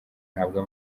ahabwa